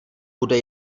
bude